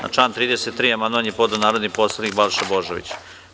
Na član 33. amandman je podneo narodni poslanik Balša Božović.